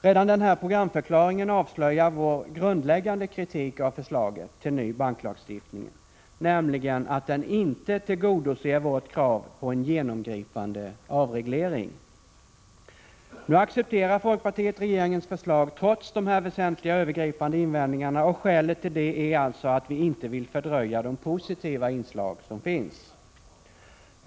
Redan den här programförklaringen avslöjar vår grundläggande kritik av förslaget till ny banklagstiftning, nämligen att den inte tillgodoser vårt krav på en genomgripande avreglering. Nu accepterar folkpartiet regeringens förslag trots de här väsentliga och övergripande invändningarna. Skälet till det är alltså att vi inte vill fördröja de positiva inslag som finns.